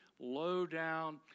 low-down